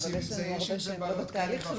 אבל יש לנו הרבה שהם לא בתהליך של קבלת רישיון.